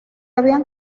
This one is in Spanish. habían